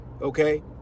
Okay